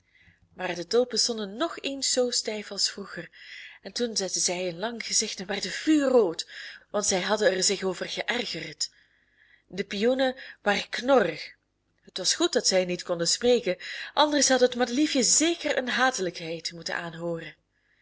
maar de tulpen stonden nog eens zoo stijf als vroeger en toen zetten zij een lang gezicht en werden vuurrood want zij hadden er zich over geërgerd de pioenen waren knorrig het was goed dat zij niet konden spreken anders had het madeliefje zeker een hatelijkheid moeten aanhooren